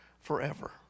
forever